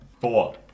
Four